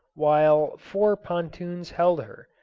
while four pontoons held her,